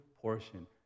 portion